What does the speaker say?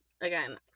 Again